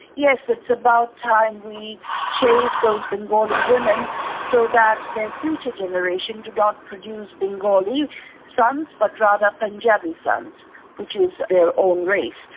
yes, it's about time we changed those bengali women so that their future generations do not produce bengali sons but rather punjabi sons which their own race.